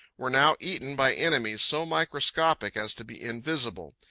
were now eaten by enemies so microscopic as to be invisible,